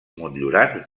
motllurats